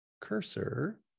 cursor